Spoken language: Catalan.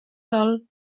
dol